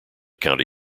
county